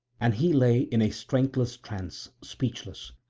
and he lay in a strengthless trance, speechless.